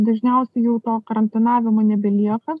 dažniausiai jau to karantinavimo nebelieka